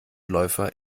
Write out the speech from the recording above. läufer